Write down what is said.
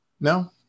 No